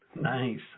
nice